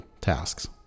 tasks